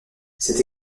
cette